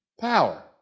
power